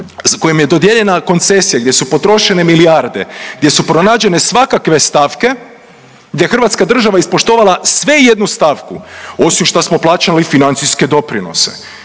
kojim je dodijeljena koncesija, gdje su potrošene milijarde, gdje su pronađene svakakve stavke gdje je hrvatska država ispoštovala sve i jednu stavku, osim što smo plaćali financijske doprinose